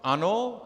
Ano.